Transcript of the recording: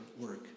work